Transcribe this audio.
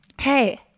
Hey